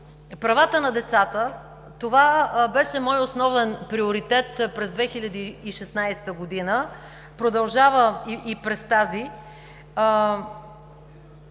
Правата на децата беше мой основен приоритет през 2016 г., който продължавам и през тази